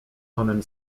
tonem